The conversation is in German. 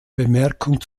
bemerkung